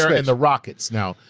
and the rockets now,